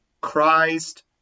Christ